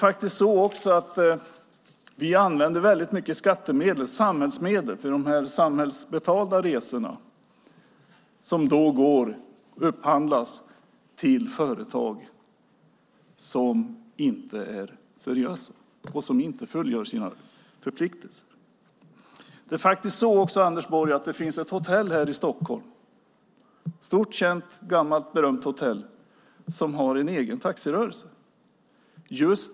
Vi använder väldigt mycket skattemedel till samhällsbetalda resor som upphandlas och därmed går till företag som inte är seriösa och inte fullgör sina förpliktelser. Det finns faktiskt ett hotell här i Stockholm, Anders Borg - ett stort, känt, gammalt och berömt hotell - som har en egen taxirörelse.